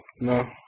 No